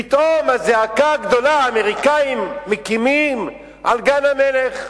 פתאום זעקה גדולה האמריקנים מקימים על גן-המלך.